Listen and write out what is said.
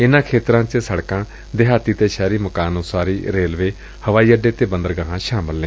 ਇਨਾਂ ਖੇਤਰਾਂ ਚ ਸੜਕਾ ਦਿਹਾਤੀ ਅਤੇ ਸ਼ਹਿਰੀ ਮਕਾਨ ਉਸਾਰੀ ਰੇਲਵੇ ਹਵਾਈ ਅੱਡੇ ਅਤੇ ਬੰਦਰਗਾਹਾ ਸ਼ਾਮਲ ਨੇ